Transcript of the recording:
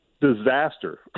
disaster